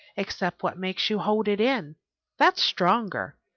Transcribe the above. except what makes you hold it in that's stronger.